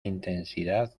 intensidad